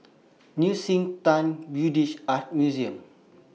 Nei Xue Tang Buddhist Art Museum